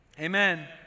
Amen